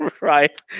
right